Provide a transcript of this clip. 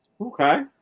Okay